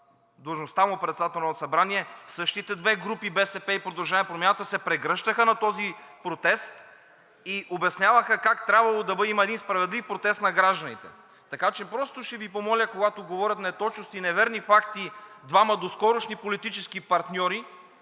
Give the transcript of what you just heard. длъжността му председател на Народното събрание, същите две групи – БСП и „Продължаваме Промяната“, се прегръщаха на този протест и обясняваха как трябвало да има един справедлив протест на гражданите. Така че просто ще Ви помоля, когато говорят неточности и неверни факти двама доскорошни политически партньори,